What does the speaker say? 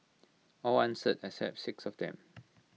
all answered except six of them